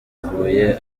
huye